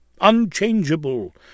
unchangeable